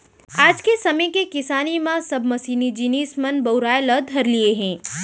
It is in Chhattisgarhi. आज के समे के किसानी म सब मसीनी जिनिस मन बउराय ल धर लिये हें